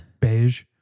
beige